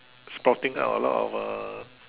spotting out a lot of uh